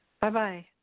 Bye-bye